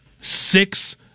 six